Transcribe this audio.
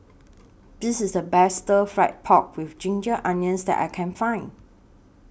This IS The Best Stir Fried Pork with Ginger Onions that I Can Find